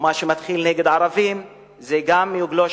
ומה שמתחיל נגד ערבים זה גם יגלוש,